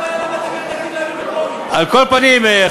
על כל פנים,